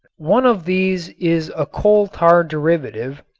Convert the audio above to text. one of these is a coal-tar derivative,